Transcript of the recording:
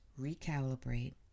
recalibrate